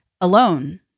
alone